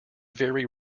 very